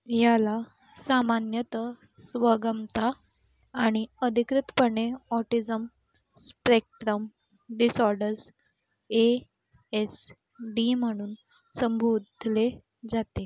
याला सामान्यतः स्वमग्नता आणि अधिकृतपणे autism spectrum disorders A S D म्हणून संबोधले जाते